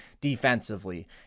defensively